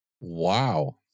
wow